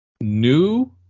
new